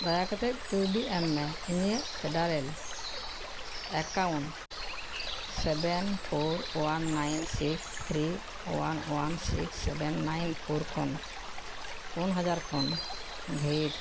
ᱫᱟᱭᱟ ᱠᱟᱛᱮᱫ ᱠᱟᱣᱰᱤ ᱮᱢ ᱢᱮ ᱤᱧᱟᱹᱜ Federal account seven four one nine six three one one six seven nine four ᱠᱷᱚᱱ ᱯᱩᱱ ᱦᱟᱡᱟᱨ ᱠᱷᱚᱱ ᱜᱟᱦᱤᱨ